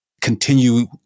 continue